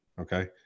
Okay